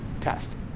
test